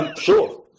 Sure